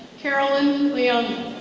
carolyn leone.